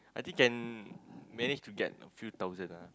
I think can manage to get a few thousand lah